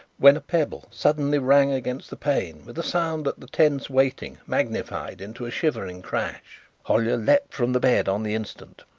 when a pebble suddenly rang against the pane with a sound that the tense waiting magnified into a shivering crash, hollyer leapt from the bed on the instant.